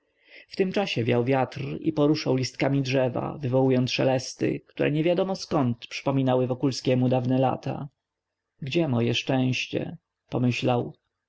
w tym czasie wiał wiatr i poruszał listkami drzewa wywołując szelesty które niewiadomo skąd przypomniały wokuskiemu dawne lata gdzie moje szczęście pomyślał